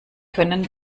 können